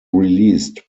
released